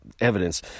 evidence